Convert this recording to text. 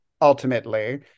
ultimately